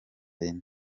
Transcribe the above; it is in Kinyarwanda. yine